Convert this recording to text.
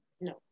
no